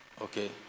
Okay